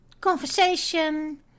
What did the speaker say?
conversation